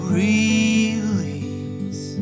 release